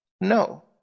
No